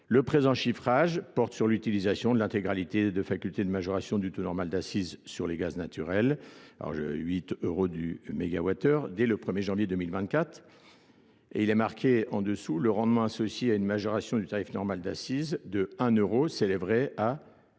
Le présent chiffrage porte sur l'utilisation de l'intégralité de facultés de majoration du taux normal d'assises sur les gaz naturels, alors 8 € du MW, dès le 1er janvier 2024. Et il est marqué en dessous le rendement associé à une majoration du tarif normal d'Assise de 1 euro s'élève à